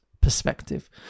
perspective